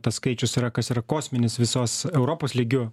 tas skaičius yra kas yra kosminis visos europos lygiu